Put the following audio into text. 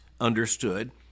understood